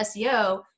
SEO